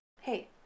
Hey